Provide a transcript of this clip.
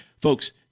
Folks